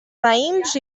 raïms